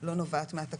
ולא נובעת מהתקנות.